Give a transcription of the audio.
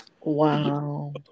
Wow